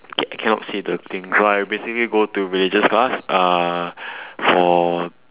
okay I cannot say the thing so I basically go to religious class uh for